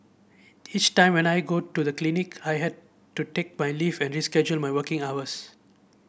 each time when I go to the clinic I had to take my leave and reschedule my working hours